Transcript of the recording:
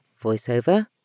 Voiceover